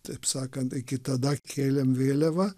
taip sakant iki tada kėlėm vėliavą